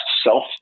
self